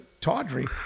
tawdry